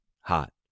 hot